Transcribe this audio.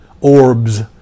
orbs